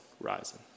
rising